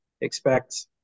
expect